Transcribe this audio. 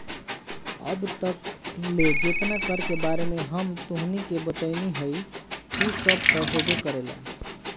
अब तक ले जेतना कर के बारे में हम तोहनी के बतइनी हइ उ सब त होबे करेला